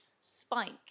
spike